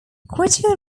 critical